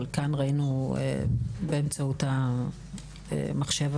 חלקם ראינו באמצעות המחשב,